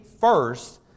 first